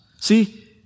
See